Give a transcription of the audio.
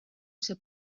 ser